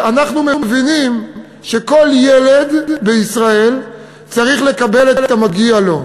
שאנחנו מבינים שכל ילד בישראל צריך לקבל את המגיע לו.